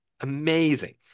Amazing